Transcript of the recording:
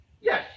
Yes